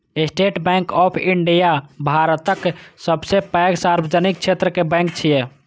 state Bank of India भारतक सबसं पैघ सार्वजनिक क्षेत्र के बैंक छियै